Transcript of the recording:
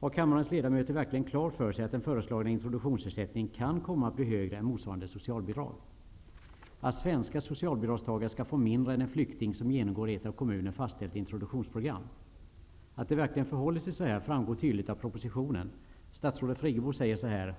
Har kammarens ledamöter verkligen klart för sig att den föreslagna introduktionsersättningen kan komma att bli högre än motsvarande socialbidrag, att svenska socialbidragstagare skall få mindre än en flykting som genomgår ett av kommunen fastställt introduktionsprogram? Att det verkligen förhåller sig så framgår tydligt av propositionen. Statsrådet Friggebo säger: